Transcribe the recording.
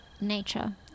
nature